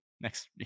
Next